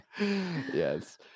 Yes